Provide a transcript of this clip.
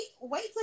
wait